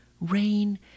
rain